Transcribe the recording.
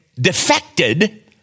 defected